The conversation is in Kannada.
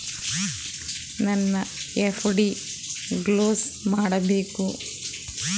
ನನ್ನ ಎಫ್.ಡಿ ಕ್ಲೋಸ್ ಮಾಡಬೇಕು